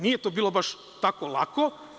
Nije to bilo baš tako lako.